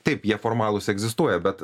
taip jie formalūs egzistuoja bet